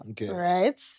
Right